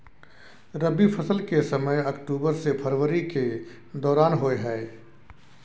रबी फसल के समय अक्टूबर से फरवरी के दौरान होय हय